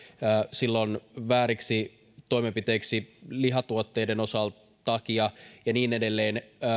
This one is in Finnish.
silloin vääriksi toimenpiteiksi lihatuotteiden takia ja niin edelleen